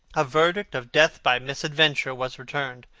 a verdict of death by misadventure was returned.